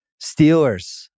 Steelers